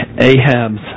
Ahab's